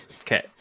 Okay